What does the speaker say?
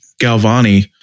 Galvani